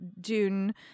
Dune